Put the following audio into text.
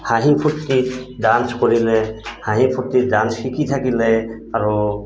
হাঁহি ফূৰ্তিত ডান্স কৰিলে হাঁহি ফূৰ্তিত ডান্স শিকি থাকিলে আৰু